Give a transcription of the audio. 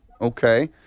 Okay